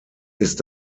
ist